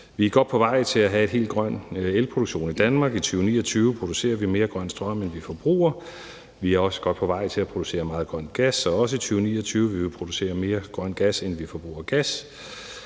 Vi er godt på vej til at have en helt grøn elproduktion i Danmark. I 2029 producerer vi mere grøn strøm, end vi forbruger. Vi er også godt på vej til at producere meget grøn gas, og i også 2029 vil vi producere mere grøn gas, end vi forbruger gas.